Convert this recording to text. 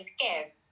care